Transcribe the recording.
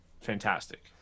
fantastic